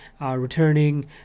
returning